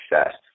success